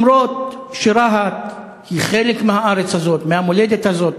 אפילו שרהט היא חלק מהארץ הזאת, מהמולדת הזאת.